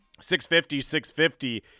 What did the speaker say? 650-650